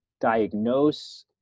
diagnose